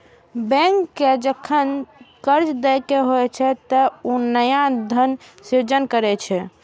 bank कें जखन कर्ज देबाक होइ छै, ते ओ नया धनक सृजन करै छै